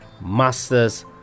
Masters